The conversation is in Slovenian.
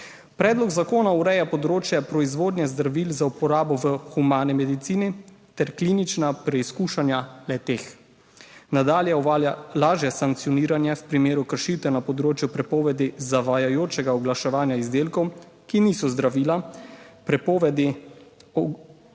Predlog zakona ureja področje proizvodnje zdravil za uporabo v humani medicini ter klinična preizkušanja le-teh. Nadalje uvaja lažje sankcioniranje v primeru kršitev na področju prepovedi zavajajočega oglaševanja izdelkov, ki niso zdravila, prepovedi